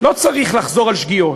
לא צריך לחזור על שגיאות.